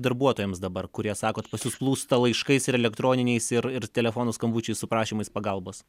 darbuotojams dabar kurie sakot pas jus plūsta laiškais ir elektroniniais ir ir telefonų skambučiais su prašymais pagalbos